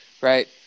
Right